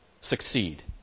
succeed